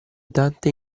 dante